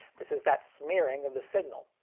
this is that smearing of the signal.